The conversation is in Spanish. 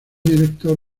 director